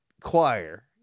choir